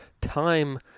time